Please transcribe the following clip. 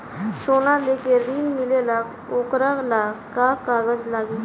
सोना लेके ऋण मिलेला वोकरा ला का कागज लागी?